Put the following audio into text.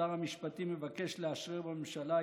שר המשפטים מבקש לאשרר בממשלה,